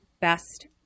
best